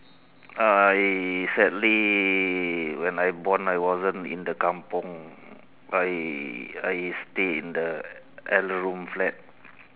I sadly when I born I wasn't in the kampung I I stay in the L room flat